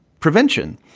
prevention?